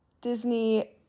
Disney